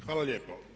Hvala lijepo.